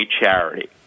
charity